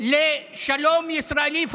אתה השלוח של ערפאת.